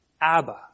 Abba